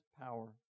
power